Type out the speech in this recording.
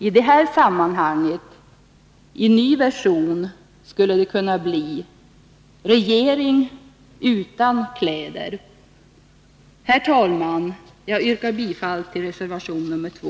I det här sammanhanget skulle den i ny version kunna handla om en regering utan kläder. Herr talman! Jag yrkar bifall till reservation nr 2.